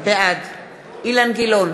בעד אילן גילאון,